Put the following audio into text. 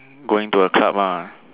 going to a club ah